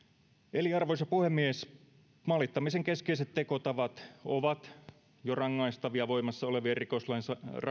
eli arvoisa puhemies maalittamisen keskeiset tekotavat ovat jo rangaistavia voimassa olevien rikoslain